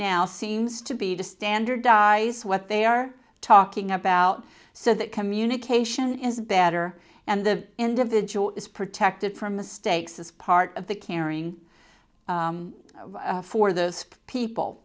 now seems to be to standardize what they are talking about so that communication is better and the individual is protected from mistakes as part of the caring for the people